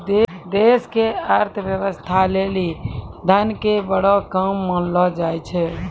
देश के अर्थव्यवस्था लेली धन के बड़ो काम मानलो जाय छै